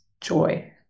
joy